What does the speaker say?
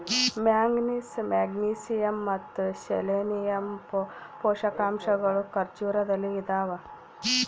manganese magnesium ಮತ್ತು selenium ಪೋಷಕಾಂಶಗಳು ಖರ್ಜೂರದಲ್ಲಿ ಇದಾವ